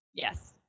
Yes